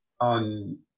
on